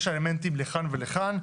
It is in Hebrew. יש אלמנטים לכאן ולכאן.